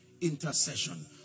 Intercession